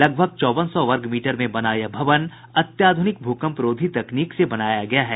लगभग चौवन सौ वर्गमीटर में बना यह भवन अत्याधुनिक भूकंपरोधी तकनीक से बनाया गया है